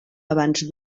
abans